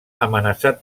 amenaçat